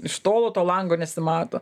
iš tolo to lango nesimato